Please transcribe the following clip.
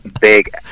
big